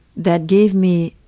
that gave me